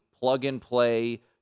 plug-and-play